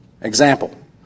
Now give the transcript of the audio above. example